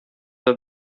that